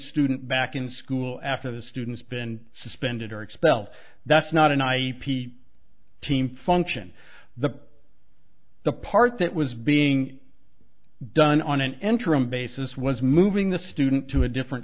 student back in school after the student's been suspended or expelled that's not an i p team function the the part that was being done on an interim basis was moving the student to a different